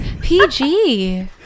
PG